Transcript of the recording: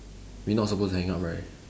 we not supposed to hang up right